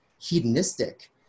hedonistic